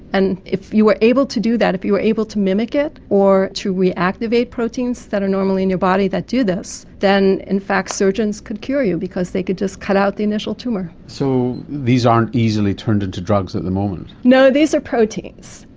and if you were able to do that, if you were able to mimic it or to reactivate proteins that are normally in your body that do this, then in fact surgeons could cure you because they could just cut out the initial tumour. so these aren't easily turned into drugs at the moment? no, these are proteins,